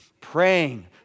praying